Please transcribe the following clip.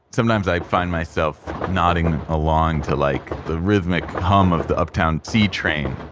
sometimes i find myself nodding along to like, the rhythmic hum of the uptown c train.